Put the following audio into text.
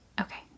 Okay